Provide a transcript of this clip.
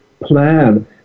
plan